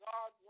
God